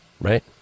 right